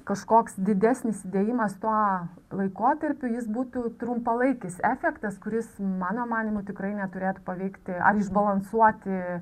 kažkoks didesnis įdėjimas tuo laikotarpiu jis būtų trumpalaikis efektas kuris mano manymu tikrai neturėtų paveikti ar išbalansuoti